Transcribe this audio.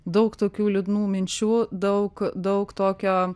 daug tokių liūdnų minčių daug daug tokio